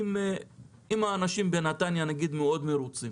אם האנשים בנתניה מאוד מרוצים